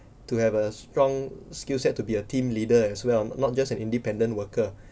to have a strong skill set to be a team leader as well not not just an independent worker